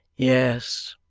yes,